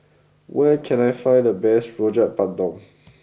where can I find the best Rojak Bandung